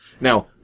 Now